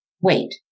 Wait